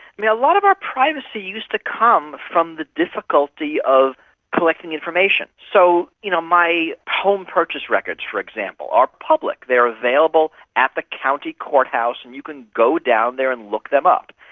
lot of our privacy used to come from the difficulty of collecting information. so you know my home purchase records, for example, are public, they're available at the county courthouse and you can go down there and look them up.